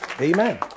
Amen